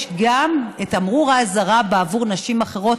בו גם תמרור אזהרה בעבור נשים אחרות: